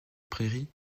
prairies